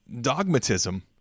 dogmatism